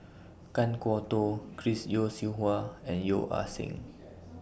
Kan Kwok Toh Chris Yeo Siew Hua and Yeo Ah Seng